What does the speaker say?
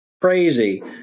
crazy